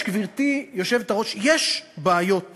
יש, גברתי היושבת-ראש, יש בעיות.